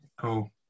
Cool